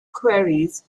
quarries